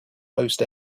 most